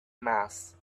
mass